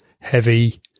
heavy